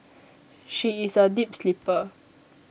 she is a deep sleeper